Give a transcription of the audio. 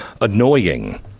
annoying